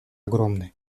огромны